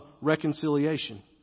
reconciliation